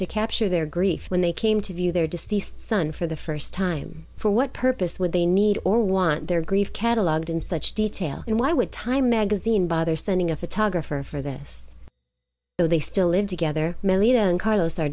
to capture their grief when they came to view their deceased son for the first time for what purpose would they need or want their grief catalogued in such detail and why would time magazine bother sending a photographer for this though they still live together and carlos are